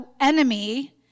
enemy